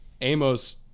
Amos